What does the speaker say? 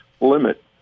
limit